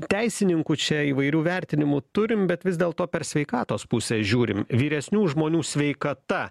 teisininkų čia įvairių vertinimų turim bet vis dėlto per sveikatos pusę žiūrim vyresnių žmonių sveikata